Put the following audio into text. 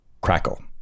crackle